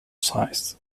sized